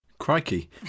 Crikey